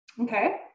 okay